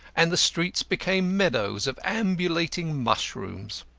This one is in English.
and the streets became meadows of ambulating mushrooms.